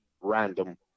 random